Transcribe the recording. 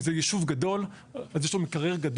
אם זה יישוב גדול, אז יש לו מקרר גדול.